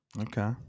Okay